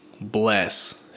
bless